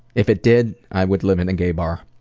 if it did, i would live in a gay bar.